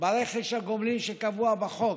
ברכש גומלין שקבוע בחוק,